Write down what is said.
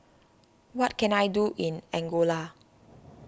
what can I do in Angola